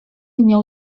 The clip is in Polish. miał